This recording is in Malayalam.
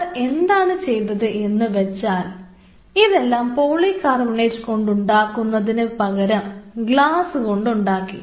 അവർ എന്താണ് ചെയ്തത് എന്ന് വെച്ചാൽ ഇതെല്ലാം പോളികാർബണേറ്റ് കൊണ്ട് ഉണ്ടാക്കുന്നതിനു പകരം ഗ്ലാസ് കൊണ്ട് ഉണ്ടാക്കി